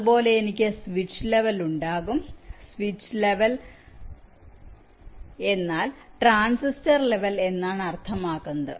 അതുപോലെ എനിക്ക് switch level ഉണ്ടാകും സ്വിച്ച് ലെവൽ എന്നാൽ ട്രാൻസിസ്റ്റർ ലെവൽ എന്നാണ് അർത്ഥമാക്കുന്നത്